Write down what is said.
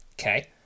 Okay